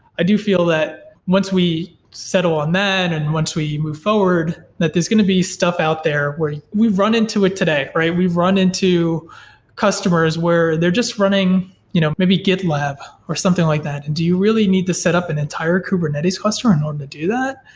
i do feel that once we settle on then and once we move forward, that there's going to be stuff out there where we've run into it today, right? we've run into customers where they're just running you know maybe gitlab, or something like that. and do you really need to set up an entire kubernetes cluster in order to do that,